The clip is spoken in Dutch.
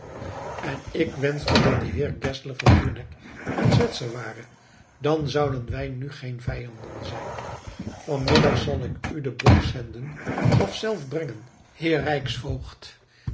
en ik wenschte dat heer geszler van bruneck een zwitser ware dan zouden wij nu geen vijanden zijn vanmiddag zal ik u den bok zenden of zelf brengen heer